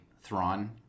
thrawn